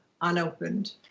unopened